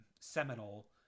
seminal